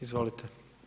Izvolite.